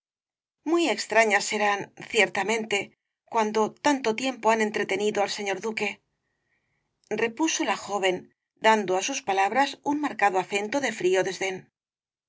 muy extrañas serán ciertamente cuando tanto tiempo han entretenido al señor duquerepuso la joven dando á sus palabras un marcado acento de frío desdén